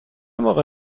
موقع